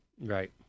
Right